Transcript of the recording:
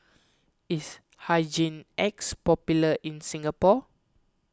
is Hygin X popular in Singapore